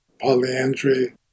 polyandry